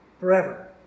forever